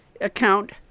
account